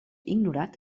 ignorat